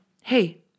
hey